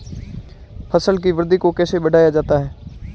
फसल की वृद्धि को कैसे बढ़ाया जाता हैं?